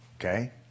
Okay